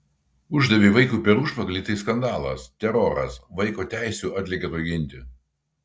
uždavei vaikui per užpakalį tai skandalas teroras vaiko teisių atlėkė tuoj ginti